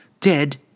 dead